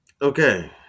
Okay